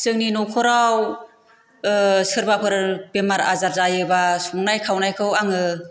जोंनि नखराव सोरबाफोर बेमार आजार जायोबा संनाय खावनायखौ आङो